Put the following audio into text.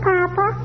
Papa